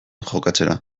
jokatzera